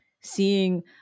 seeing